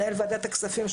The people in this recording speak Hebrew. מנכ"ל ועדת הכספים,